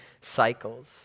cycles